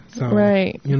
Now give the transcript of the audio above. Right